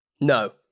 No